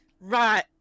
Right